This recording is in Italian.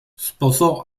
sposò